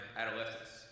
adolescence